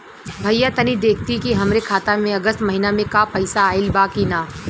भईया तनि देखती की हमरे खाता मे अगस्त महीना में क पैसा आईल बा की ना?